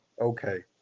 okay